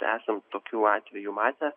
esam tokių atvejų matę